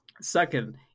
second